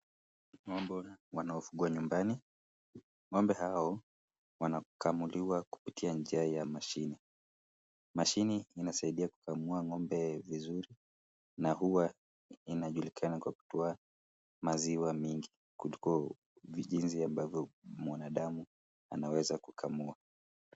Ng'ombe wanafungwa nyumbani , ng'ombe hao wanakamuliwa kupitia njia ya mashine ,mashine inasaidia kukamua ng'ombe vizuri na huwa Iinajulikana Kwa kutoa maziwa mengi kuliko jinsi wanadamu anaweza kukamua